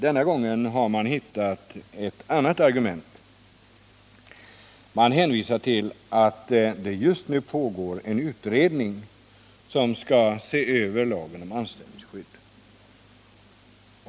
Denna gång har man hittat ett annat argument. Man hänvisar till att det just nu pågår en utredning som skall se över lagen om anställningsskydd.